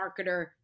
marketer